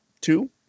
two